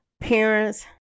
parents